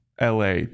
LA